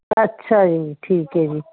ਅੱਛਾ ਜੀ ਠੀਕ ਹੈ ਜੀ